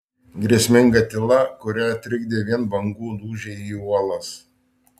grėsminga tyla kurią trikdė vien bangų dūžiai į uolas